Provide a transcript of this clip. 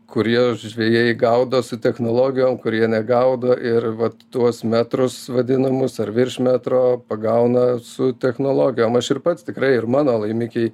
kurie žvejai gaudo su technologijom kurie negaudo ir vat tuos metrus vadinamus ar virš metro pagauna su technologijom aš ir pats tikrai ir mano laimikiai